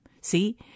See